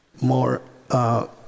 more